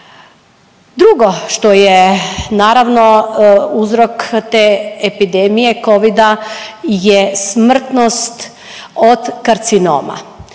Drugo što je naravno uzrok te epidemije covida je smrtnost od karcinoma.